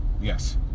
yes